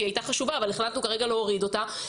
שהיא הייתה חשובה אבל החלטנו להוריד אותה,